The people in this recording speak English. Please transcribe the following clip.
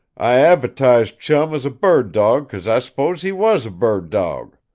i adv'tised chum as a bird dawg because i s'posed he was a bird dawg.